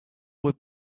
would